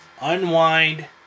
Unwind